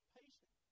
patient